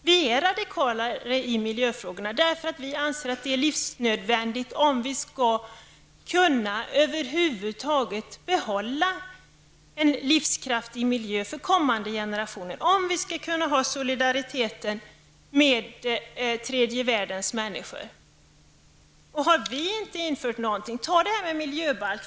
Vi är radikalare i miljöfrågorna, eftersom vi anser att det är livsnödvändigt om vi över huvud taget skall kunna behålla en livskraftig miljö för kommande generationer och en solidaritet med tredje världens människor. Ta som exempel detta med en miljöbalk.